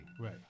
Right